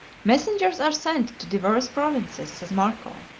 messengers are sent to divers provinces, says marco,